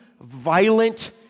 violent